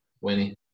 Winnie